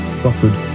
suffered